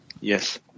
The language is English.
Yes